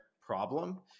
problem